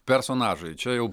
personažai čia jau